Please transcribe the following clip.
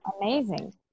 Amazing